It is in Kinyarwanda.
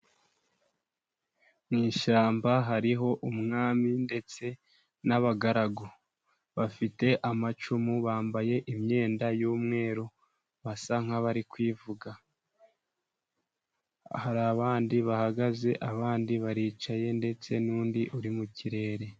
Mu ishyamba hariho umwami ndetse n'abagaragu bafite amacumu bambaye imyenda y'umweru basa nkabari kwivuga, hari abandi bahagaze abandi baricaye ndetse nundi uri mu kirere.